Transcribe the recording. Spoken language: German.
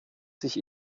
sich